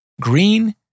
Green